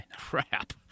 crap